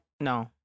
No